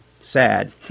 Sad